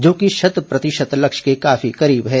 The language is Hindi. जो कि शत प्रतिशत लक्ष्य के काफी करीब है